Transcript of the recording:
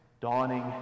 dawning